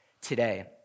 today